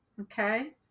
Okay